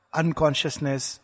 unconsciousness